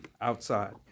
outside